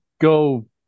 go